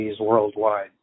worldwide